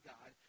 God